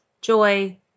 joy